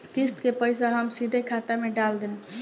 किस्त के पईसा हम सीधे खाता में डाल देम?